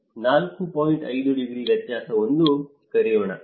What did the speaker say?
5 degree ವ್ಯತ್ಯಾಸವನ್ನು ಕರೆಯೋಣ